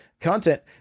content